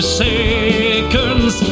seconds